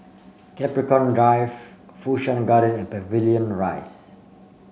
Capricorn Drive Fu Shan Garden and Pavilion Rise